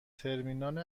ترمینال